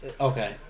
Okay